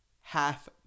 Half